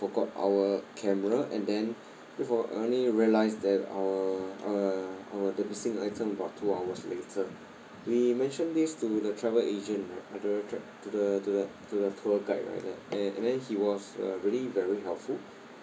forgot our camera and then before I only realised that our our our the missing item about two hours later we mentioned this to the travel agent right to the to the to the tour guide right and then and then he was uh really very helpful